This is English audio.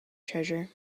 treasure